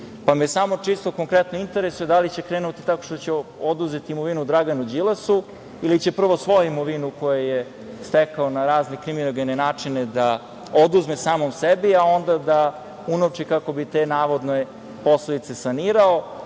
Srbiju. Čisto konkretno me interesuje - da li će krenuti tako što će oduzeti imovinu Draganu Đilasu, ili će prvo svoju imovinu koju je stekao na razne kriminogene načine da oduzme samo sebi, a onda da unovči, kako bi te navodne posledice sanirao?